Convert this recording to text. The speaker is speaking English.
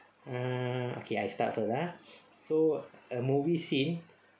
mm okay I start first ah so a movie scene